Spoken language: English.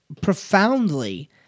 profoundly